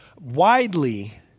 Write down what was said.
widely